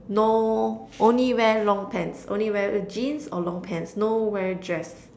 no only wear long pants only wear the jeans or long pants no wear dress